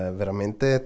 veramente